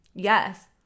yes